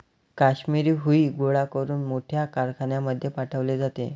काश्मिरी हुई गोळा करून मोठ्या कारखान्यांमध्ये पाठवले जाते